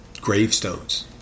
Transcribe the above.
gravestones